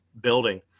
building